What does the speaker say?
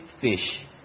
fish